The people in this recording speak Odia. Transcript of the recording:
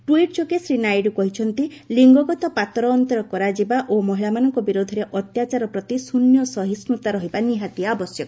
ଟ୍ୱିଟ୍ ଯୋଗେ ଶ୍ରୀ ନାଇଡୁ କହିଛନ୍ତି ଲିଙ୍ଗଗତ ପାତର ଅନ୍ତର କରାଯିବା ଓ ମହିଳାମାନଙ୍କ ବିରୋଧରେ ଅତ୍ୟାଚାର ପ୍ରତି ଶ୍ୱନ୍ୟ ସହିଷ୍ଠତା ରହିବା ନିହାତି ଆବଶ୍ୟକ